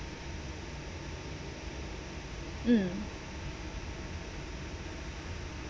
mm